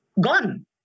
Gone